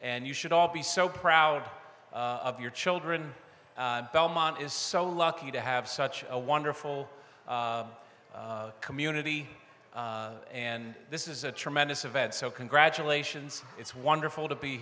and you should all be so proud of your children belmont is so lucky to have such a wonderful community and this is a tremendous event so congratulations it's wonderful to be